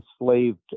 enslaved